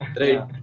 Right